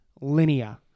linear